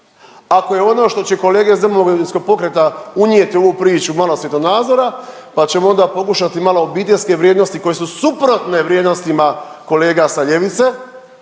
Ako je ono što će kolege iz DP-a unijeti u ovu priču malo svjetonazora, pa ćemo onda pokušati malo obiteljske vrijednosti koje su suprotne vrijednostima kolega sa ljevice,